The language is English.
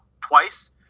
twice